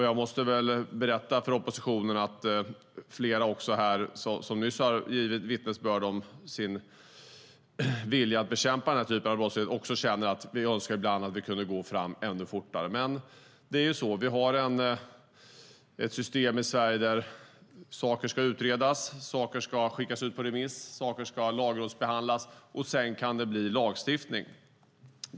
Jag måste väl berätta för oppositionen att flera här som nyss har givit vittnesbörd om sin vilja att bekämpa den här typen av brottslighet också känner att de ibland önskar att man kunde gå fram ännu fortare. Men vi har ett system i Sverige där saker ska utredas. Saker ska skickas ut på remiss. Saker ska lagrådsbehandlas. Sedan kan det bli lagstiftning.